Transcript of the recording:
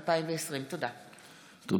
הינני מתכבדת להודיעכם, כי